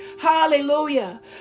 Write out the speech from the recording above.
hallelujah